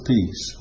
Peace